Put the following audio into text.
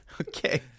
Okay